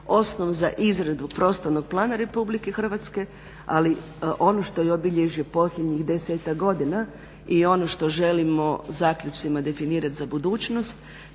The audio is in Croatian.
osnov za izradu prostornog plana Republike Hrvatske, ail ono što je obilježje posljednjih 10-tak godina i ono što želimo zaključcima definirat za budućnost